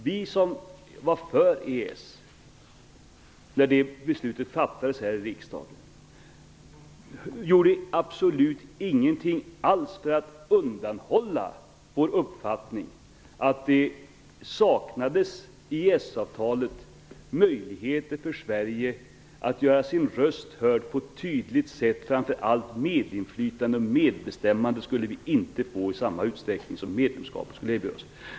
Vi som var för EES när beslutet fattades här i riksdagen gjorde absolut ingenting alls för att undanhålla vår uppfattning att det i EES-avtalet saknades möjligheter för Sverige att göra sin röst hörd på ett tydligt sätt. Vi skulle framför allt inte få medinflytande och medbestämmande i samma utsträckning som ett medlemskap skulle erbjuda oss.